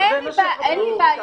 אין לי בעיה.